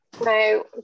no